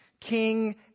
King